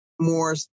more